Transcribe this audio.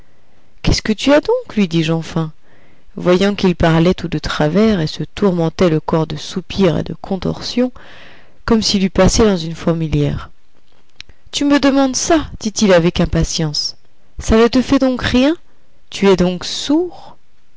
qu'est-ce que tu as donc lui dis-je enfin voyant qu'il parlait tout de travers et se tourmentait le corps de soupirs et de contorsions comme s'il eût passé dans une fourmilière tu me demandes ça dit-il avec impatience ça ne te fait donc rien tu es donc sourd